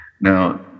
now